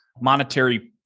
monetary